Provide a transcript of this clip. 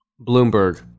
Bloomberg